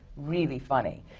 really funny.